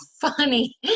funny